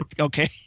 Okay